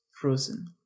frozen